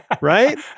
Right